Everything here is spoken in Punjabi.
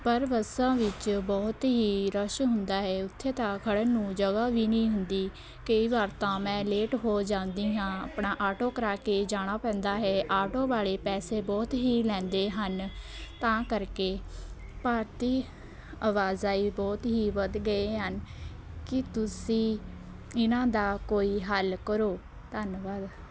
ਪਰ ਬੱਸਾਂ ਵਿੱਚ ਬਹੁਤ ਹੀ ਰਸ਼ ਹੁੰਦਾ ਹੈ ਉੱਥੇ ਤਾਂ ਖੜ੍ਹਨ ਨੂੰ ਜਗ੍ਹਾ ਵੀ ਨਹੀਂ ਹੁੰਦੀ ਕਈ ਵਾਰ ਤਾਂ ਮੈਂ ਲੇਟ ਹੋ ਜਾਂਦੀ ਹਾਂ ਆਪਣਾ ਆਟੋ ਕਰਾ ਕੇ ਜਾਣਾ ਪੈਂਦਾ ਹੈ ਆਟੋ ਵਾਲੇ ਪੈਸੇ ਬਹੁਤ ਹੀ ਲੈਂਦੇ ਹਨ ਤਾਂ ਕਰਕੇ ਭਾਰਤੀ ਆਵਾਜਾਈ ਬਹੁਤ ਹੀ ਵੱਧ ਗਏ ਹਨ ਕਿ ਤੁਸੀਂ ਇਹਨਾਂ ਦਾ ਕੋਈ ਹੱਲ ਕਰੋ ਧੰਨਵਾਦ